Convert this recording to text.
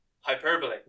Hyperbole